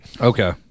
Okay